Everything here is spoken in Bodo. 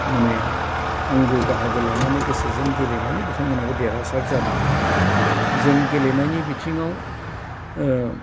माने आंगो बाहागो लानानै गोसोजों गेलेनानै बिथांमोनाबो देरहासार जानो हादों जों गेलेनायनि बिथिंआव ओ